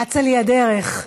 אצה לי הדרך.